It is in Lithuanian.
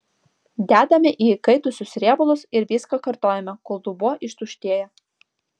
dedame į įkaitusius riebalus ir viską kartojame kol dubuo ištuštėja